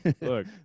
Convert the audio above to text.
Look